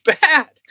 bad